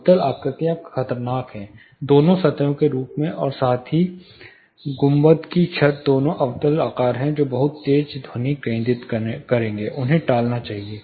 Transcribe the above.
अवतल आकृतियाँ खतरनाक हैं दोनों सतह के रूप में और साथ ही गुंबद की छत दोनों अवतल आकार हैं जो बहुत तेज ध्वनि केंद्रित करेंगे उन्हें टालना चाहिए